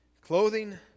clothing